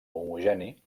homogeni